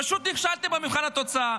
פשוט נכשלתם במבחן התוצאה.